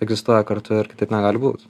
egzistuoja kartu ir kitaip negali būt